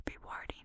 rewarding